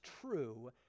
true